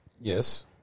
Yes